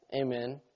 amen